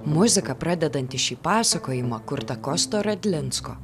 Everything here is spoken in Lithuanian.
muzika pradedanti šį pasakojimą kurta kosto radlinsko